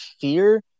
fear